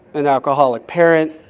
an alcoholic parent,